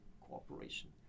cooperation